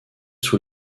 sous